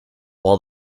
while